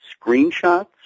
screenshots